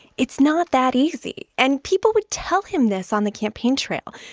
it's not that easy. and people would tell him this on the campaign trail.